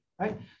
right